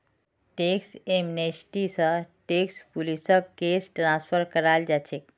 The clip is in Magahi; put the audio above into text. टैक्स एमनेस्टी स टैक्स पुलिसक केस ट्रांसफर कराल जा छेक